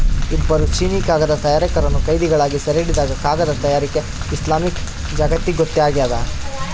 ಇಬ್ಬರು ಚೀನೀಕಾಗದ ತಯಾರಕರನ್ನು ಕೈದಿಗಳಾಗಿ ಸೆರೆಹಿಡಿದಾಗ ಕಾಗದ ತಯಾರಿಕೆ ಇಸ್ಲಾಮಿಕ್ ಜಗತ್ತಿಗೊತ್ತಾಗ್ಯದ